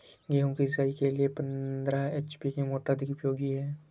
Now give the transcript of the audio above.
गेहूँ सिंचाई के लिए पंद्रह एच.पी की मोटर अधिक उपयोगी है?